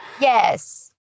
Yes